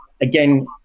again